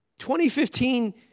2015